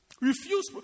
Refuse